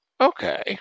okay